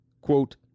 Quote